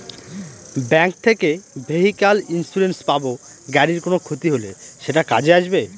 bank থেকে vehicle insurance পাব গাড়ির কোনো ক্ষতি হলে সেটা কাজে আসবে